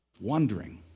wondering